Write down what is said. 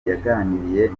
yaganiriye